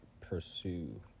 pursue